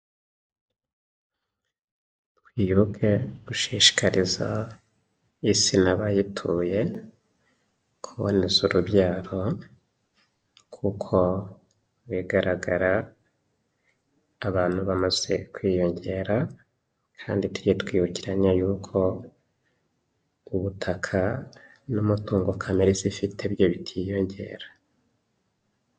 Twibuke gushishikariza Isi n'abayituye kuboneza urubyaro kuko bigaragara abantu bamaze kwiyongera kandi tujye twibukiranya y'uko ubutaka n'umutungo kamere Isi ifite byo bitiyongera.